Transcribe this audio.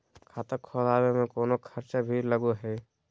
खाता खोलावे में कौनो खर्चा भी लगो है?